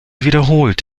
wiederholt